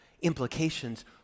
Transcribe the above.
implications